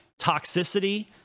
toxicity